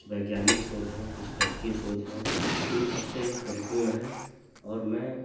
कुछ वैज्ञानिक शोध हैं कुछ गणितीय शोध हैं इन सबसे यह परिपूर्ण है और मैं